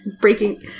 breaking